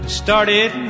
started